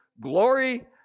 glory